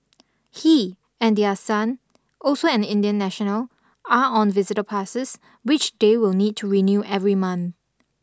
he and their son also an Indian national are on visitor passes which they will need to renew every month